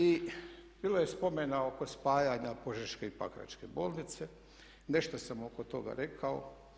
I bilo je spomena oko spajanja Požeške i Pakračke bolnice, nešto sam oko toga rekao.